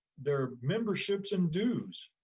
their memberships and dues?